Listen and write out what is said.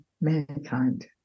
mankind